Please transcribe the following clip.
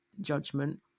judgment